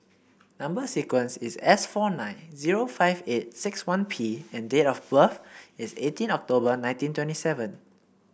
number sequence is S four nine zero five eight six one P and date of birth is eighteen October nineteen twenty seven